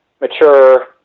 mature